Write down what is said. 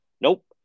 Nope